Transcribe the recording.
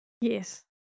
Yes